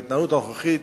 בהתנהלות הנוכחית,